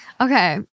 Okay